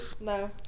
No